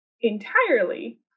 entirely